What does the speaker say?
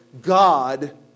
God